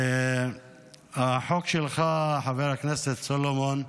החוק שלך, חבר הכנסת סולומון,